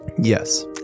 yes